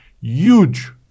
huge